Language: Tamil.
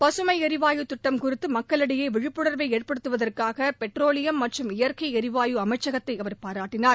பகமை ளிவாயு திட்டம் குறித்து மக்களிடையே விழிப்புணா்வை ஏற்படுத்துவதற்காக பெட்ரோலியம் மற்றும் இயற்கை எரிவாயு அமைச்சகத்தை அவர் பாராட்டினார்